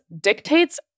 dictates